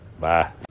Bye